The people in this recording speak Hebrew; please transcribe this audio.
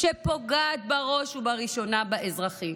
שפוגעת בראש ובראשונה באזרחים.